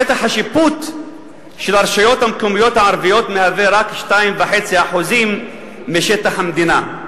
שטח השיפוט של הרשויות המקומיות הערביות מהווה רק 2.5% משטח המדינה.